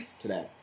today